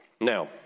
Now